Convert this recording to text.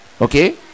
okay